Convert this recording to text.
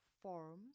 forms